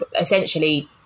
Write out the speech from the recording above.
essentially